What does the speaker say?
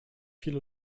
viele